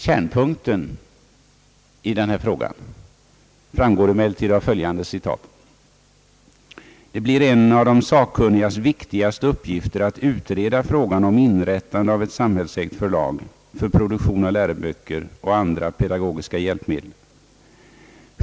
Kärnpunkten i denna fråga framgår emellertid av följande citat: »Det blir en av de sakkunnigas viktigaste uppgifter att utreda frågan om inrättande av ett samhällsägt förlag för produktion av läroböcker och andra pedagogiska hjälpmedel.